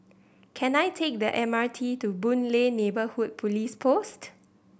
can I take the M R T to Boon Lay Neighbourhood Police Post